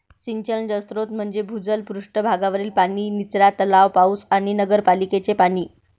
सिंचन जलस्रोत म्हणजे भूजल, पृष्ठ भागावरील पाणी, निचरा तलाव, पाऊस आणि नगरपालिकेचे पाणी